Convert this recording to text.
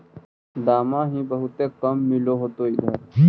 दमाहि बहुते काम मिल होतो इधर?